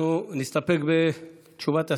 אנחנו נסתפק בתשובת השר.